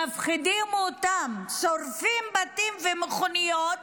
מפחידים אותם, שורפים בתים ומכוניות,